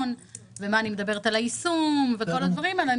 ומה אני מדברת על היישום וכל הדברים האלה.